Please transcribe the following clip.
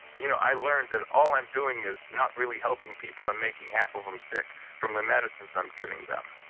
you know i learned that all i'm doing is not really helping people and making half of them sick from the medicines i'm giving them.